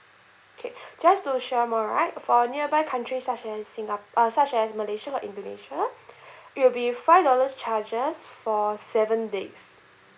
okay just share more right for nearby country such as singa~ uh such as malaysia or indonesia it will be five dollars charges for seven days